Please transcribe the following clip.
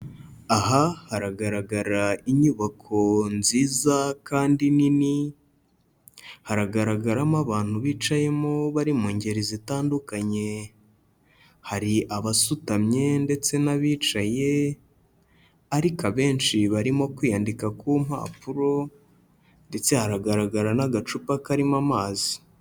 Aha haragaragara inyubako nziza kandi nini, haragaragaramo abantu bicayemo bari mu ngeri zitandukanye, hari abasutamye ndetse n'abicaye ariko abenshi barimo kwiyandika ku mpapuro ndetse haragaragara n'agacupa karimo amazi.